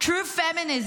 war began,